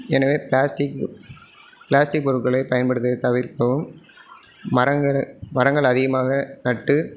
எனவே plastic plastic பொருட்களை பயன்படுத்துவதை தவிர்க்கவும் மரங்கள் மரங்கள் அதிகமாக நட்டு